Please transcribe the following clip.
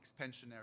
expansionary